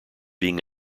being